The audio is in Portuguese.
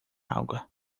água